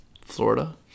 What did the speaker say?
Florida